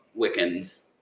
Wiccans